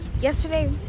yesterday